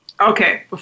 Okay